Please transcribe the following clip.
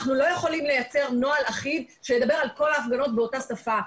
אנחנו לא יכולים לייצר נוהל אחיד שידבר על כל ההפגנות באותה שפה.